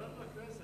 גברתי היושבת-ראש,